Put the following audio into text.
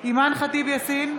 אימאן ח'טיב יאסין,